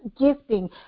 gifting